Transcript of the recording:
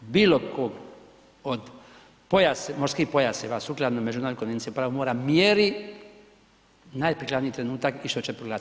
bilo kog od morskih pojaseva sukladno Međunarodnoj konvenciji o pravu mora mjeri najprikladniji trenutak i što će proglasiti.